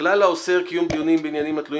הכלל האוסר קיום דיונים בעניינים התלויים